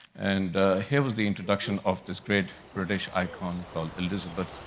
and here was the introduction of this great british icon called elizabeth.